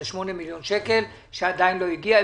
זה 8 מיליון שקל שעדיין לא הגיעו.